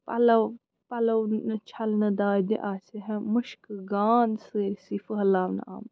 پَلوٚو پَلوٚو نہٕ چھَلنہٕ دادِ آسہِ ہا مُشکہٕ گانٛد سٲرسٕے پھٔہلاونہٕ آمُت